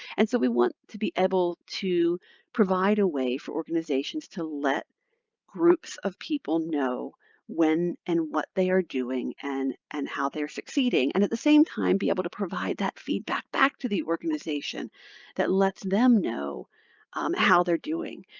and so we want to be able to provide a way for organizations to let groups of people know when and what they are doing and and how they're succeeding, and at the same time be able to provide that feedback back to the organization that lets them know um how they're doing.